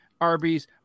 Arby's